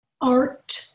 art